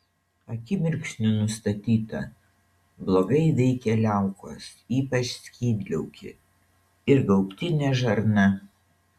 akimirksniu nustatyta blogai veikia liaukos ypač skydliaukė ir gaubtinė žarna